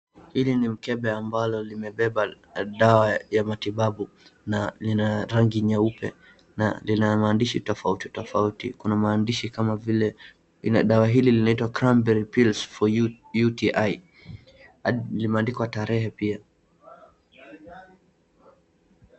Hili ni mkebe ambalo limebeba dawa ya matibabu na lina rangi nyeupu na lina maandishi tofauti tofauti, kuna maandishi kama vile ina dawa hili linaitwa Cranberry Pills for UTI limeandikwa tarehe pia.